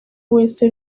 wese